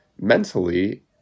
mentally